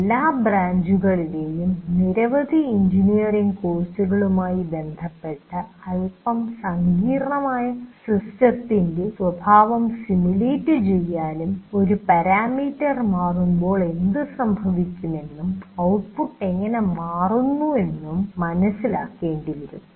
എല്ലാ ബ്രാഞ്ചുകളിലെയും നിരവധി എഞ്ചിനീയറിംഗ് കോഴ്സുകളുമായി ബന്ധപ്പെട്ട് അല്പം സങ്കീർണ്ണമായ സിസ്റ്റത്തിന്റെ സ്വഭാവം സിമുലേറ്റ് ചെയ്യാനും ഒരു പാരാമീറ്റർ മാറ്റുമ്പോൾ എന്തുസംഭവിക്കുമെന്നും ഔട്ട്പുട്ട് എങ്ങനെ മാറുന്നു വെന്നും മനസ്സിലാക്കേണ്ടി വരും